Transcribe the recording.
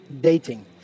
dating